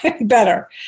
better